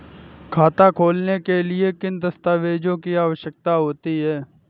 खाता खोलने के लिए किन दस्तावेजों की आवश्यकता होती है?